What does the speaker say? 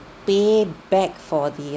pay back for the